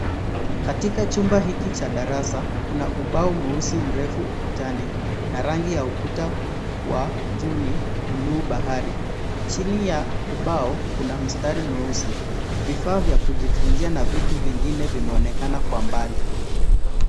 Katika chumba hiki cha darasa, kuna ubao mweusi mrefu ukutani na rangi ya ukuta wa juu ni bluu bahari. Chini ya ubao, kuna mstari mweusi. Vifaa vya kujifunzia na vitu vingine vimeonekana kwa mbali.